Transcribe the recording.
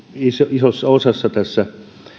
isossa osassa tässä